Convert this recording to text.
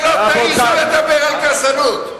שלא תעזו לדבר על גזענות.